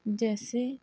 جیسے